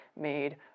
made